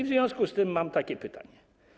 W związku z tym mam takie pytanie.